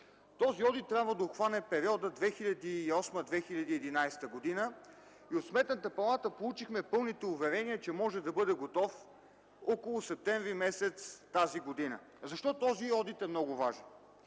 Този одит трябва да обхване периода 2008-2011 г. От Сметната палата получихме пълните уверения, че може да бъде готов около месец септември тази година. Защо този одит е много важен?